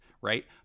right